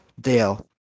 Dale